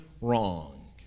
wrong